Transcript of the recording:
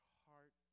heart